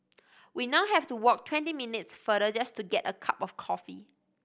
we now have to walk twenty minutes farther just to get a cup of coffee